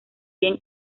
bien